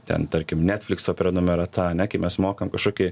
ten tarkim netflikso prenumerata ane kai mes mokam kažkokį